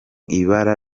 ibara